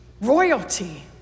Royalty